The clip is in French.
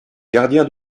gardien